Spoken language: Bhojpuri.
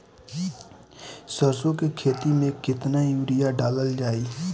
सरसों के खेती में केतना यूरिया डालल जाई?